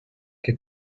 què